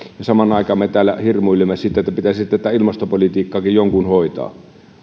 samaan aikaan me täällä hirmuilemme siitä että pitäisi tätä ilmastopolitiikkaakin jonkun hoitaa